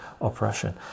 oppression